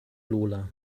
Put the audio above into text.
lola